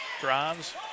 drives